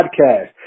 Podcast